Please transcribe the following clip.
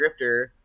grifter